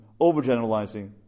overgeneralizing